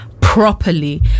properly